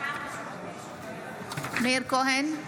מאיר כהן,